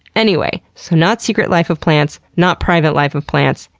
anyway, so not secret life of plants, not private life of plants,